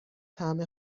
طعم